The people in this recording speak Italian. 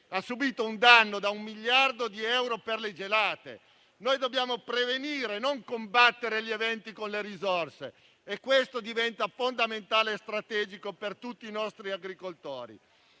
ha subito un danno da un miliardo di euro per le gelate. Noi dobbiamo prevenire, e non combattere, gli eventi con le risorse e questo diventa fondamentale e strategico per tutti i nostri agricoltori.